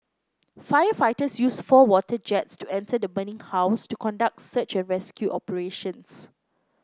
firefighters used four water jets to enter the burning house to conduct search and rescue operations